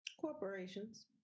Corporations